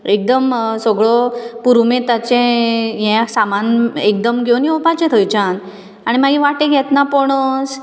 एकदम सगळो पुरुमेताचें ह्यें सामान एकदम घेवून येवपाचें थंयच्यान आनी मागीर वाटेक येतना पणस